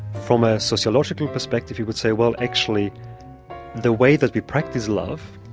from a sociological perspective you would say, well, actually the way that we practice love